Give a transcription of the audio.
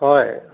হয়